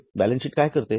आता balance sheet काय करते